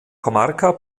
comarca